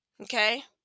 Okay